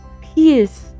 peace